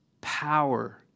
power